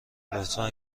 لطفا